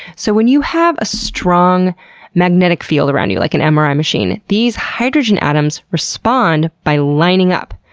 so when you have a strong magnetic field around you, like an and mri machine, these hydrogen atoms respond by lining up.